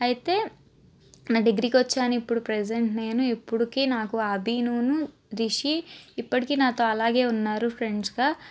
అయితే నా డిగ్రీ కొచ్చాను ఇప్పుడు ప్రజెంట్ నేను ఇప్పటికి నాకు అభినును రిషి ఇప్పటికీ నాతో అలానే ఉన్నారు ఫ్రెండ్స్గా